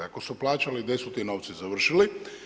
Ako su plaćali gdje su ti novci završili?